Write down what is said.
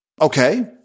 Okay